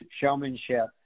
showmanship